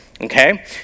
okay